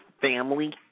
family